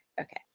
Okay